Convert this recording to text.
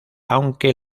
aunque